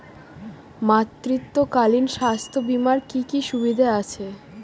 মাতৃত্বকালীন স্বাস্থ্য বীমার কি কি সুবিধে আছে?